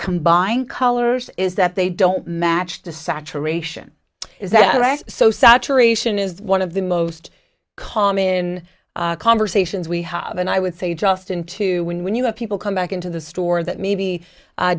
combine colors is that they don't match the saturation is that so saturation is one of the most calm in conversations we have and i would say just in to when when you have people come back into the store that maybe